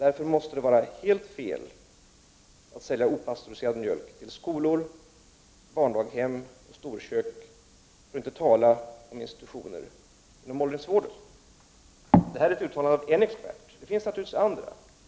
Därför måste det vara helt fel att sälja opastöriserad mjölk till skolor, barndaghem och storkök, för att inte tala om institutioner inom åldringsvården.” Detta är ett uttalande av en expert. Det finns naturligtvis andra experter.